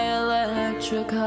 electric